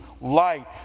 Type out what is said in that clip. light